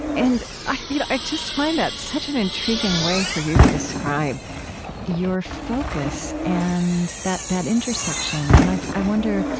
and i you know i just find that such an intriguing way for you to describe your focus and that that intersection. and i i wonder,